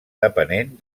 depenent